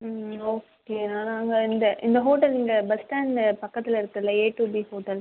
ம் ஓகேண்ணா நாங்கள் இந்த இந்த ஹோட்டல் இந்த பஸ் ஸ்டாண்டு பக்கத்தில் இருக்குதுல ஏ டூ பி ஹோட்டல்